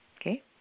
Okay